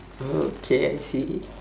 oh okay I see